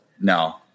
no